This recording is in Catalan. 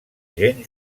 gent